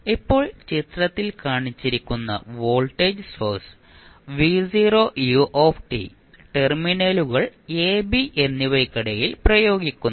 ഇപ്പോൾ ചിത്രത്തിൽ കാണിച്ചിരിക്കുന്ന വോൾട്ടേജ് സോഴ്സ് ടെർമിനലുകൾ a b എന്നിവയ്ക്കിടയിൽ പ്രയോഗിക്കുന്നു